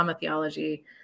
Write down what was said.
theology